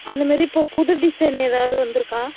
அந்த மாதிரி இப்போ புது டிசைன் ஏதாவது வந்து இருக்கா